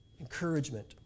encouragement